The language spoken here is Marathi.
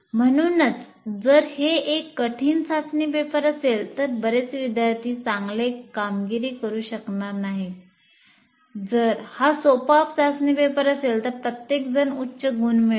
म्हणूनच जर हे एक कठीण चाचणी पेपर असेल तर बरेच विद्यार्थी चांगली कामगिरी करू शकणार नाहीत जर हा सोपा चाचणी पेपर असेल तर प्रत्येकजण उच्च गुण मिळवेल